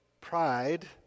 pride